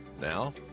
Now